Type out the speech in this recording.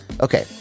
okay